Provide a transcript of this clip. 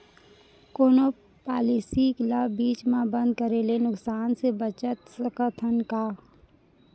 कोनो पॉलिसी ला बीच मा बंद करे ले नुकसान से बचत सकत हन का?